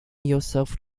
yourself